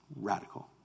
Radical